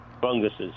Funguses